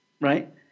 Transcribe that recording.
Right